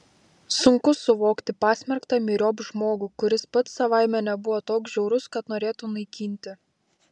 sunku suvokti pasmerktą myriop žmogų kuris pats savaime nebuvo toks žiaurus kad norėtų naikinti